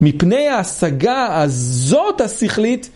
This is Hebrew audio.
מפני ההשגה הזאת השכלית